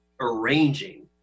arranging